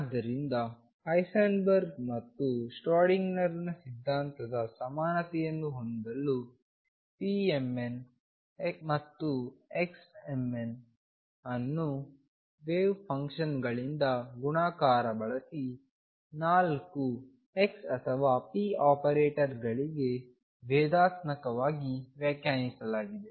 ಆದ್ದರಿಂದ ಹೈಸೆನ್ಬರ್ಗ್ ಮತ್ತು ಶ್ರೋಡಿಂಗರ್ನ ಸಿದ್ಧಾಂತದ ಸಮಾನತೆಯನ್ನು ಹೊಂದಲು pmn ಮತ್ತು xmn ಅನ್ನು ವೇವ್ ಫಂಕ್ಷನ್ಗಳಿಂದ ಗುಣಾಕಾರ ಬಳಸಿ ನಾಲ್ಕು x ಅಥವಾ p ಆಪರೇಟರ್ಗಳಿಗೆ ಭೇದಾತ್ಮಕವಾಗಿ ವ್ಯಾಖ್ಯಾನಿಸಲಾಗಿದೆ